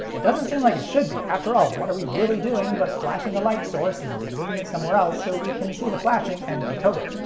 it doesn't seem like it should be, after all what are we really doing but flashing a light source and moving it somewhere else so we can see the flashing and decode it,